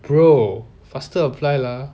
bro faster apply lah